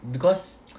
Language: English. because